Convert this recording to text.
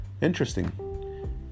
interesting